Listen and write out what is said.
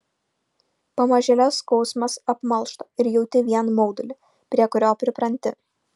pamažėle skausmas apmalšta ir jauti vien maudulį prie kurio pripranti